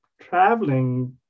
traveling